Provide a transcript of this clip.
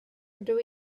rydw